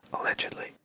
allegedly